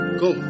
go